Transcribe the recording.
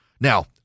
Now